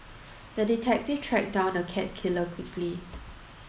the detective tracked down the cat killer quickly